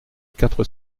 quatre